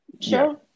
sure